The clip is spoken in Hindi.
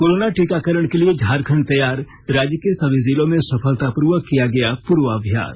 कोरोना टीकाकरण के लिए झारखंड तैयार राज्य के सभी जिलों में सफलतापूर्वक किया गया पूर्वाभ्यास